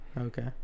Okay